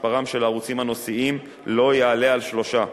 מספרם של הערוצים הנושאיים לא יעלה על שלושה,